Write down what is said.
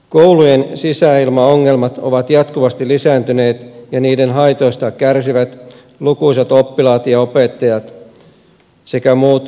koulujen sisäilmaongelmat ovat jatkuvasti lisääntyneet ja niiden haitoista kärsivät lukuisat oppilaat ja opettajat sekä muut kouluissa työskentelevät